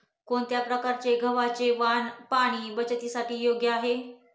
कोणत्या प्रकारचे गव्हाचे वाण पाणी बचतीसाठी योग्य आहे?